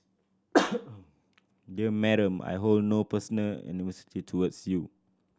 dear Madam I hold no personal animosity towards you